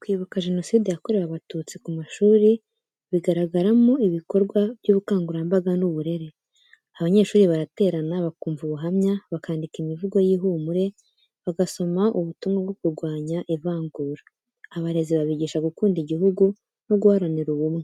Kwibuka jenoside yakorewe Abatutsi ku mashuri bigaragaramo ibikorwa by’ubukangurambaga n’uburere. Abanyeshuri baraterana bakumva ubuhamya, bakandika imivugo y’ihumure, bagasoma ubutumwa bwo kurwanya ivangura. Abarezi babigisha gukunda igihugu no guharanira ubumwe.